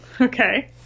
Okay